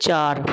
चार